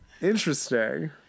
Interesting